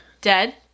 Dead